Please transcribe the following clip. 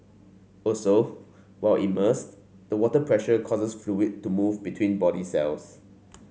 also while immersed the water pressure causes fluid to move between body cells